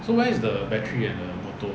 so where is the battery and motor